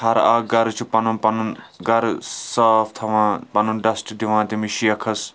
ہَر اَکھ گرٕ چھُ پَنُن پَنُن گَرٕ صاف تھاوان پَنُن ڈَسٹ دِوان تٔمِس شیخس